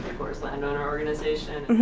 forest landowner organization,